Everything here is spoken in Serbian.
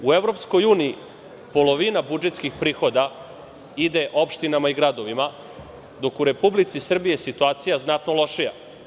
U EU polovina budžetskih prihoda ide opštinama i gradovima, dok je u Republici Srbiji situacija znatno lošija.